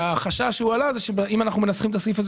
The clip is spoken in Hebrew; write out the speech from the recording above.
החשש שהועלה זה שאם אנחנו מנסחים את הסעיף הזה